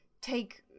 take